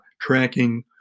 tracking